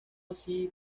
así